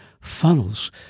funnels